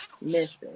missing